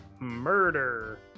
Murder